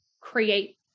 create